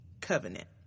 covenant